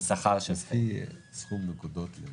זה לא סכום של "טוב,